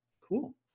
cool